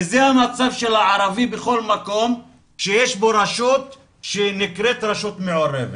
כי זה המצב של הערבי בכל מקום שיש בו רשות שנקראת רשות מעורבת.